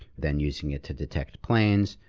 then using it to detect planes,